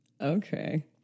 Okay